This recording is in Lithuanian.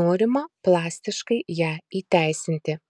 norima plastiškai ją įteisinti